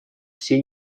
все